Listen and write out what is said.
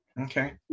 Okay